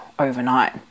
overnight